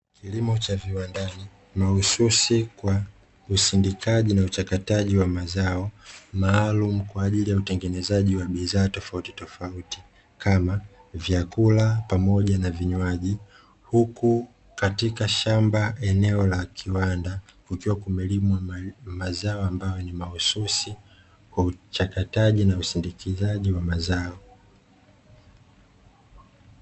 Kilimo cha viwandani, mahususi kwa usindikaji na uchakataji wa mazao maalumu kwa ajili ya utengenezaji wa bidhaa tofautitofauti, kama vyakula pamoja na vinywaji, huku katika shamba eneo la kiwanda kukiwa kumelimwa mazao mbalimbali ambayo ni mahususi kwa uchakataji na usindikizaji wa mazao.